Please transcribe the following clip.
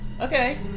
Okay